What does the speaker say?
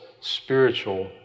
spiritual